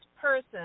person